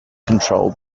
control